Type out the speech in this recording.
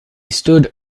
stood